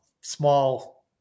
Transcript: small